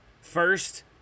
First